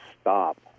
stop